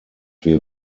wir